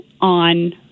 on